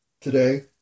today